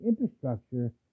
infrastructure